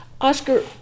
Oscar